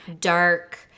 Dark